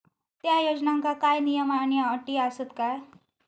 त्या योजनांका काय नियम आणि अटी आसत काय?